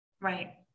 Right